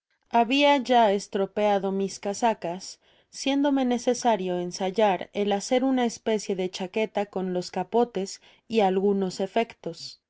hafaia ya estropeado mis casacas siéndome necesario ensayar el hacer una especie de chaqueta coa los capotes y algunos efectos